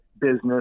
business